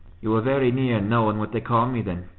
you were very near knowing what they call me then.